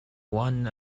one